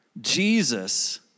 Jesus